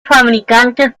fabricantes